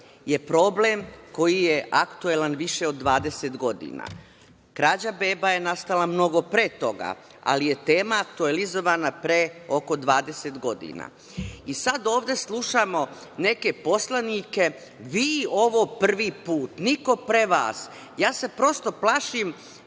je problem koji je aktuelan više od 20 godina. Krađa beba je nastala mnogo pre toga, ali je tema aktuelizovana pre oko 20 godina. Sada ovde slušamo neke poslanike – vi ovo prvi put, niko pre vas. Prosto se plašim